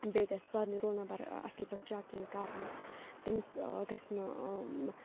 بیٚیہِ گژھِ سارنٕے رول نَمبَر اَصٕل پٲٹھۍ چَک یِن کَرنہٕ تٔمِس گَژھِ نہٕ